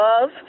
love